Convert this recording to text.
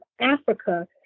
Africa